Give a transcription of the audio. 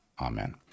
Amen